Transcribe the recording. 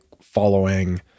following